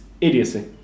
idiocy